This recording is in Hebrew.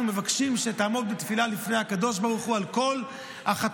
אנחנו מבקשים שתעמוד בתפילה לפני הקדוש ברוך הוא על כל החטופים,